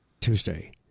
Tuesday